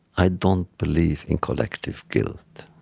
i don't believe in collective guilt